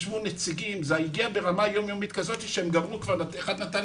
זה הגיע לרמה שכשהם סיימו אחד מהם נתן